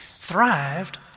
Thrived